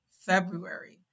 February